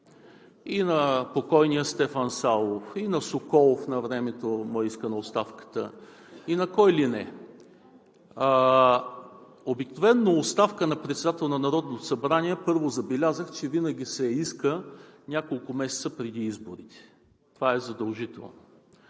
и на покойния Стефан Савов, и на Соколов навремето му е искана оставката, и на кой ли не. Обикновено оставка на председател на Народното събрание, първо, забелязах, че винаги се иска няколко месеца преди изборите. Това е задължително.